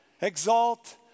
Exalt